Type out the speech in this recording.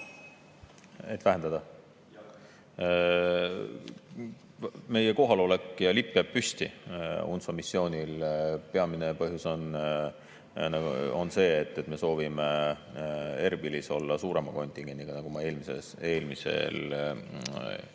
Meie kohalolek ja lipp jääb püsti UNTSO missioonil. Peamine põhjus on see, et me soovime Erbilis olla suurema kontingendiga, nagu ma eelmise eelnõu